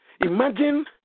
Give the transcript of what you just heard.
Imagine